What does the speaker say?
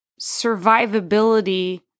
survivability